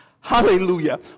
Hallelujah